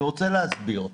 אני רוצה להסביר.